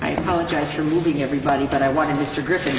i apologize for moving everybody but i want to mr griffin